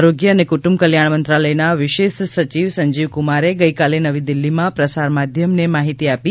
આરોગ્ય અને કુટુંબ કલ્યાણ મંત્રાલયના વિશેષ સચિવ સંજીવકુમારે ગઇકાલે નવી દિલ્ફીમાં પ્રસાર માધ્યમને આ માહિતી આપી